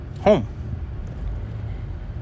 Home